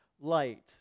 light